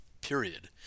period